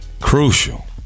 Crucial